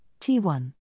T1